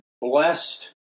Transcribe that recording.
blessed